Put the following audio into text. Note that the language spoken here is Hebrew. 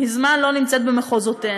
מזמן לא נמצאת במחוזותינו,